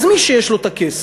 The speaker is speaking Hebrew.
אז מי שיש לו כסף,